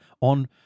on